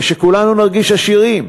ושכולנו נרגיש עשירים,